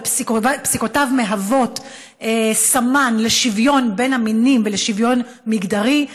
ופסיקותיו מהוות סמן לשוויון בין המינים ולשוויון מגדרי,